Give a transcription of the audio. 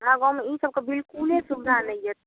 हमरा गाँवमे ई सबके बिल्कुले सुविधा नहि यऽ